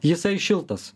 jisai šiltas